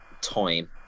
time